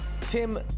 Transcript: Tim